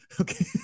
Okay